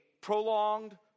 prolonged